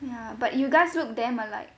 ya but you guys look them damn alike